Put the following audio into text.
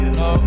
no